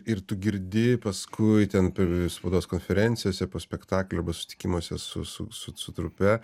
ir tu girdi paskui ten per spaudos konferencijose po spektaklio arba susitikimuose su su su su trupe